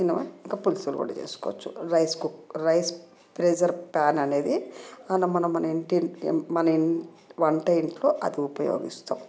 ఏమమ్మా ఇంకా పులుసులు కూడా చేసుకోవచ్చు రైస్ రైస్ ప్రెషర్ ప్యాన్ అనేది మనం మనం మన ఇంటి మన ఇంటి వంటింట్లో అది ఉపయోగిస్తాం